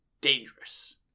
dangerous